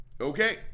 okay